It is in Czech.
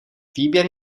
výběr